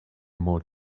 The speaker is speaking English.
more